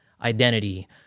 identity